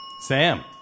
Sam